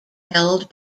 held